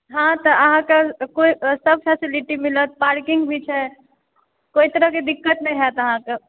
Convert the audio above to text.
हँ तऽ अहाँकेॅं कोनो सब फैसिलिटी मिलत पार्किंग भी छै कोई तरहकेँ दिक्कत नहि होयत अहाँकेॅं